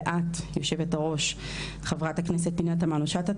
ואת היושבת-ראש חה"כ פנינה תמנו-שטה,